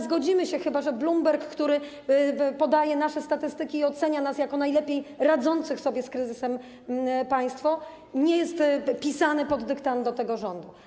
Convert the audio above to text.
Zgodzimy się chyba, że Bloomberg, który podaje nasze statystyki i ocenia nas jako najlepiej radzące sobie z kryzysem państwo, nie pisze pod dyktando tego rządu.